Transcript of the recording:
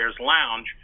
lounge